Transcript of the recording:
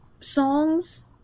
songs